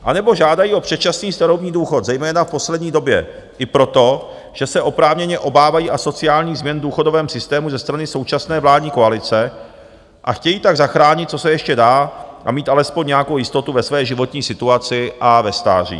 Anebo žádají o předčasný starobní důchod zejména v poslední době i proto, že se oprávněně obávají asociálních změn v důchodovém systému ze strany současné vládní koalice a chtějí tak zachránit, co se ještě dá a mít alespoň nějakou jistotu ve své životní situaci a ve stáří.